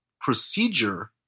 procedure